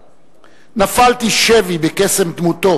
"נפלתי שבי בקסם דמותו,